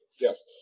Yes